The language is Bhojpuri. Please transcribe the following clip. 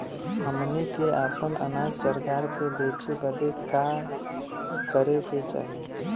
हमनी के आपन अनाज सरकार के बेचे बदे का करे के चाही?